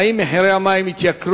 3. האם מחירי המים יעלו?